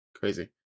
crazy